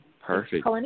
Perfect